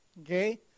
okay